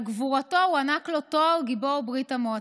על גבורתו הוענק לו תואר גיבור ברית המועצות.